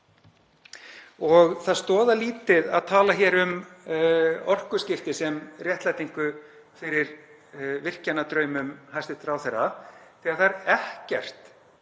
Það stoðar lítið að tala hér um orkuskipti sem réttlætingu fyrir virkjunardraumum hæstv. ráðherra þegar það er ekkert